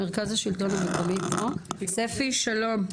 מרכז השלטון המקומי, שלום.